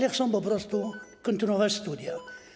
Oni chcą po prostu kontynuować studia.